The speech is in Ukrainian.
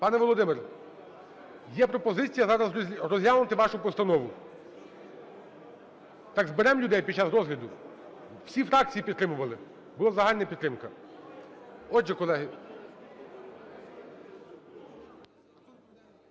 Пане Володимир, є пропозиція зараз розглянути вашу постанову. Так зберемо людей під час розгляду. Всі фракції підтримували, була загальна підтримка. Отже, колеги,